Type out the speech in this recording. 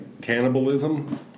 cannibalism